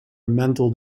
mental